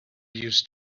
used